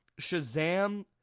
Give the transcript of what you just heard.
Shazam